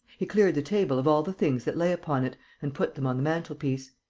he cleared the table of all the things that lay upon it and put them on the mantel-piece.